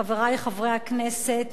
חברי חברי הכנסת,